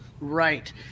Right